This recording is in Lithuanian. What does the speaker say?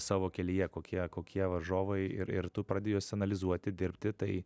savo kelyje kokie kokie varžovai ir ir tu pradėjus analizuoti dirbti tai